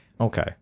okay